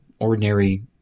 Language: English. Ordinary